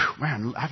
Man